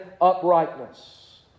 uprightness